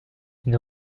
une